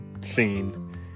scene